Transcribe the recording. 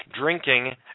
drinking